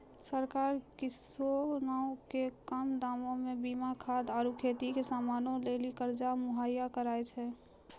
सरकार किसानो के कम दामो मे बीया खाद आरु खेती के समानो लेली कर्जा मुहैय्या करै छै